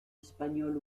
espagnols